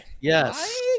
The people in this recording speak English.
Yes